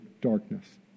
darkness